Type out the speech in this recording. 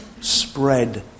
spread